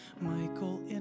Michael